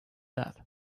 that